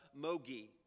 mogi